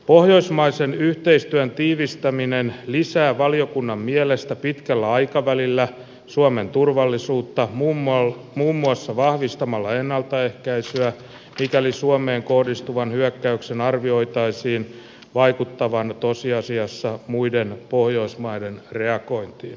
pohjoismaisen yhteistyön tiivistäminen lisää valiokunnan mielestä pitkällä aikavälillä suomen turvallisuutta muun muassa vahvistamalla ennaltaehkäisyä mikäli suomeen kohdistuvan hyökkäyksen arvioitaisiin vaikuttavan tosiasiassa muiden pohjoismaiden reagointiin